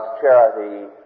charity